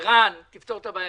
ערן, תפתור את הבעיה.